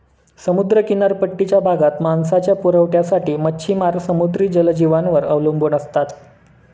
समुद्र किनारपट्टीच्या भागात मांसाच्या पुरवठ्यासाठी मच्छिमार समुद्री जलजीवांवर अवलंबून असतात